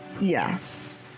Yes